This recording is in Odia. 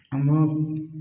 ଆମ